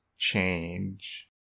change